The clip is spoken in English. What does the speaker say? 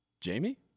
jamie